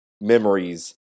memories